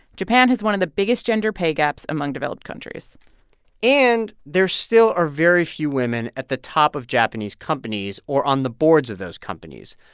japan has one of the biggest gender pay gaps among developed countries and there still are very few women at the top of japanese companies or on the boards of those companies.